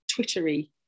Twittery